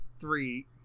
three